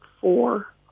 four